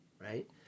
right